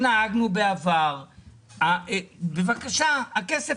אם הכסף